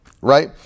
right